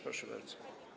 Proszę bardzo.